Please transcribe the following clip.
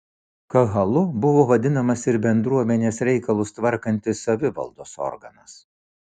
kahalu buvo vadinamas ir bendruomenės reikalus tvarkantis savivaldos organas